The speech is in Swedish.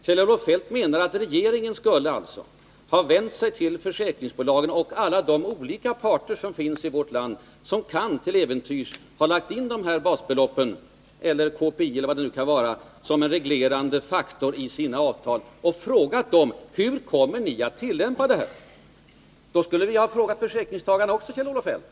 Kjell-Olof Feldt menar alltså att regeringen skulle ha vänt sig till försäkringsbolagen och till alla de olika parter som finns i vårt land och som till äventyrs kan ha lagt in de här basbeloppen — eller KPI eller vad det kan vara — som en reglerande faktor i sina avtal och frågat dem: Hur kommer ni att tillämpa det här? Då skulle vi väl ha frågat försäkringstagarna också, Kjell-Olof Feldt?